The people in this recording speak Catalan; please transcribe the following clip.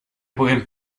puguem